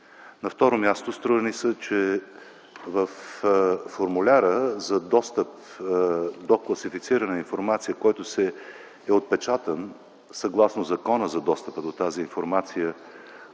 На следващо място, струва ми се, че във формуляра за достъп до класифицирана информация, който е отпечатан, съгласно закона за достъпа до тази информация